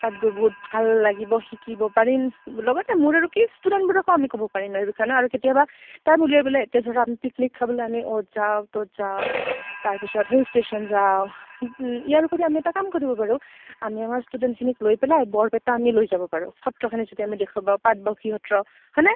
তাত গৈ বহুত ভাল লাগিব শিকিব পাৰিম লগতে মোৰ আৰু কি ষ্টুডেণ্টবোৰকো আমি ক'ব পাৰিম এই বিষয়ে নহ্ আৰু কেতিয়াবা টাইম উলিয়াই পেলাই এতিয়া ধৰা আমি পিকনিক খাবলৈ আমি অ'ত যাওঁ ত'ত যাওঁ তাৰপিছত হিল ষ্টেচন যাওঁ ইয়াৰ উপৰি আমি এটা কাম কৰিব পাৰু আমি আমাৰ ষ্টুডেণ্টখিনিক লৈ পেলাই বৰপেটা আমি লৈ যাব পাৰোঁ সত্ৰখিনি যদি আমি দেখুৱাব পাটবাউসী সত্ৰ হয়নে